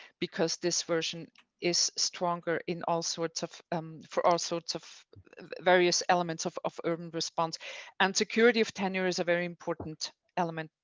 because this version is stronger in all sorts of um for all sorts of various elements of of urban response and security of tenure is a very important element.